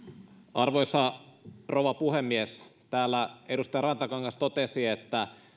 arvoisa rouva puhemies täällä edustaja rantakangas totesi että